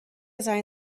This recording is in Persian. زنگ